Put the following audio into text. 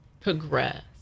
progress